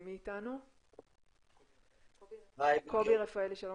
קובי רפאלי בבקשה.